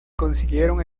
consiguieron